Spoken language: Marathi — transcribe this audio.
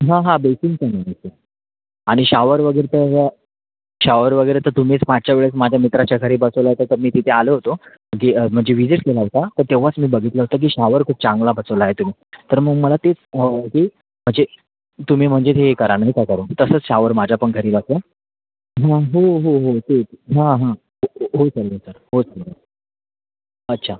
हां हां बेसीनचं मी म्हणतो आहे आणि शावर वगैरे तर शावर वगैरे तर तुम्हीच मागच्या वेळेस माझ्या मित्राच्या घरी बसवला होता तर मी तिथे आलो होतो गि म्हणजे विजिट केला होता तर तेव्हाच मी बघितलं होतं की शावर खूप चांगला बसवला आहे तुम्ही तर मग मला तेच की म्हणजे तुम्ही म्हणजे हे करा नका करू तसंच शॉवर माझ्या पण घरी बसवा मग हो हो हो हो हां हां हो चालेल सर हो चालेल अच्छा